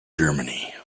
germany